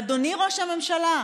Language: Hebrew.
אדוני ראש הממשלה,